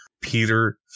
Peter